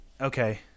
Okay